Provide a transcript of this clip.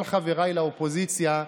כל חבריי לאופוזיציה,